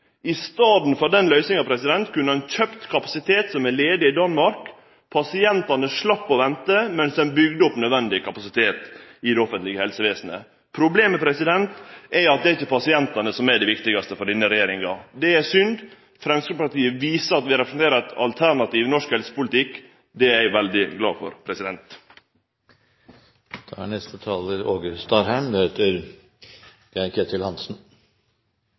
I staden for den løysinga kunne ein kjøpt kapasitet som er ledig i Danmark. Pasientane slapp å vente, mens ein bygde opp nødvendig kapasitet i det offentlege helsevesenet. Problemet er at det ikkje er pasientane som er viktigast for denne regjeringa. Det er synd. Framstegspartiet viser at vi representerer eit alternativ i norsk helsepolitikk. Det er eg veldig glad for. I Sogn og Fjordane er